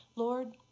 Lord